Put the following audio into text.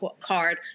card